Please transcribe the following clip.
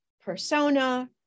persona